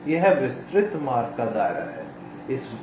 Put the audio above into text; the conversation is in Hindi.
यह विस्तृत मार्ग का दायरा है